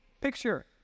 picture